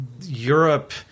Europe